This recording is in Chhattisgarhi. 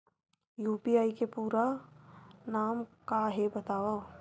यू.पी.आई के पूरा नाम का हे बतावव?